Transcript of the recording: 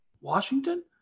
Washington